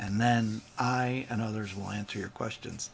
and then i and others will answer your questions